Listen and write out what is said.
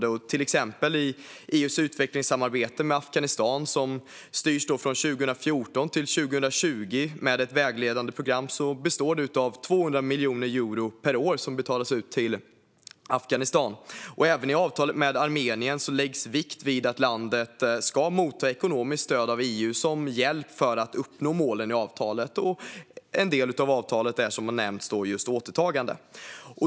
Det gäller till exempel EU:s utvecklingssamarbete med Afghanistan som 2014-2020 styrs av ett vägledande program. Det består av 200 miljoner euro per år som betalas ut till Afghanistan. Även i avtalet med Armenien läggs vikt vid att landet ska ta emot ekonomiskt stöd av EU som hjälp för att uppnå målen i avtalet, och en del av avtalet gäller som har nämnts återtagande.